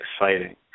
exciting